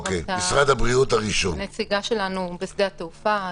נמצאת פה בזום נציגה שלנו בשדה התעופה,